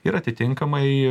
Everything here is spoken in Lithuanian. ir atitinkamai